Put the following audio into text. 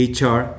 HR